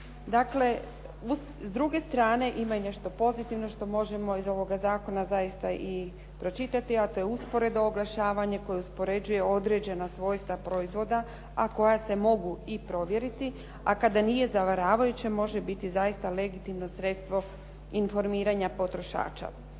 Dakle, s druge strane ima i nešto pozitivno što možemo iz ovoga zakona zaista i pročitati, a to je usporedno oglašavanje koje uspoređuje određena svojstva proizvoda, a koja se mogu i provjeriti, a kada nije zavaravajuće može biti zaista legitimno sredstvo informiranja potrošača.